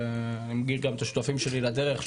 ואני מכיר גם את השותפים שלי לדרך,